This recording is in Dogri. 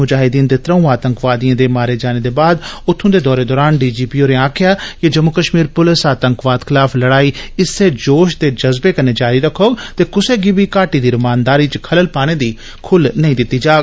मुजाहिददीन दे त्र'ऊं आतंकवादिएं दे मारे जाने दे बाद उत्थू दे दौरे दौरान डीजीपी होरें आक्खेआ कि जम्मू कश्मीर पुलस आतंकवाद खलाफ लड़ाई इस्सै जोश ते जज्बे कन्नै जारी रक्खोग ते कुसै गी बी घाटी दी रमानारी च खलेल नेई पान दित्ती जाग